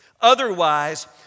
Otherwise